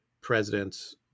presidents